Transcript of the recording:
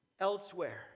elsewhere